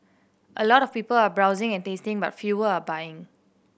a lot of people are browsing and tasting but fewer are buying